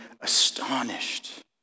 astonished